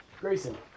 Grayson